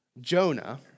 Jonah